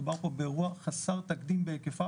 מדובר פה באירוע חסר תקדים בהיקפיו